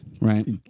right